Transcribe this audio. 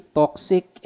toxic